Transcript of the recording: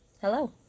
Hello